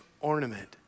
ornament